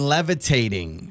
Levitating